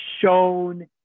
shown